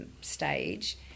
stage